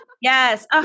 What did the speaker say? Yes